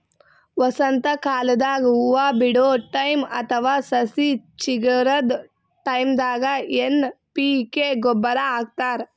ವಸಂತಕಾಲದಾಗ್ ಹೂವಾ ಬಿಡೋ ಟೈಮ್ ಅಥವಾ ಸಸಿ ಚಿಗರದ್ ಟೈಂದಾಗ್ ಎನ್ ಪಿ ಕೆ ಗೊಬ್ಬರ್ ಹಾಕ್ತಾರ್